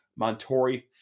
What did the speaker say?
Montori